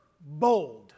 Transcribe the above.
bold